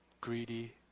greedy